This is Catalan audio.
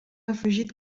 afegit